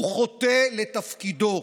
הוא חוטא לתפקידו.